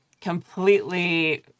completely